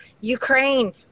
Ukraine